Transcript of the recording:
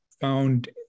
found